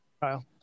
Kyle